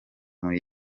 muri